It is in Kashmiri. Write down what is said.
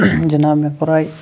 جِناب مےٚ کورٕے